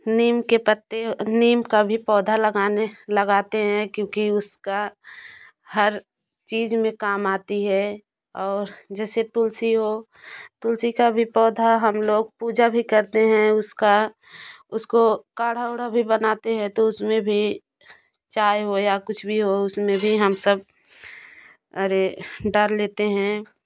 नीम के पत्ते नीम का भी पौधा लगाने लगाते हैं क्योंकि उसका हर चीज में काम आती है और जैसे तुलसी हो तुलसी का भी पौधा हम लोग पूजा भी करते हैं उसका उसको काढ़ा उढ़ा भी बनाते हैं तो उसमें भी चाय हो या कुछ भी हो उसमें भी हम सब अरे डाल लेते हैं